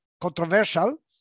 controversial